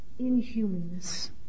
inhumanness